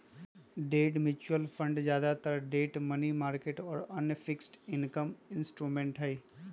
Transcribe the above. debt mutual fund ज्यादातर debt, money market और अन्य फिक्स्ड इनकम इंस्ट्रूमेंट्स हई